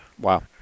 wow